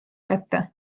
kätte